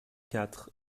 quatre